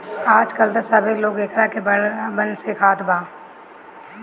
आजकल त सभे लोग एकरा के बड़ा मन से खात बा